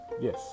Yes